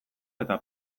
eta